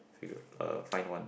fill uh find one